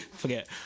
forget